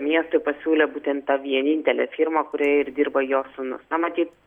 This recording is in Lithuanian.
miestui pasiūlė būtent ta vienintelė firma kurioje ir dirba jo sūnus na matyt